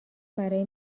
برای